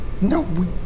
No